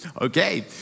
Okay